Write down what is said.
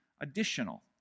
additional